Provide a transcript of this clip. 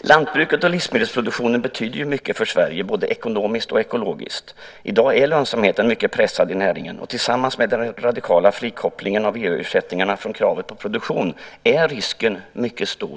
Lantbruket och livsmedelsproduktionen betyder mycket för Sverige både ekonomiskt och ekologiskt. I dag är lönsamheten mycket pressad i näringen. Det tillsammans med den radikala frikopplingen av EU-ersättningarna från kravet på produktion gör att risken är mycket stor.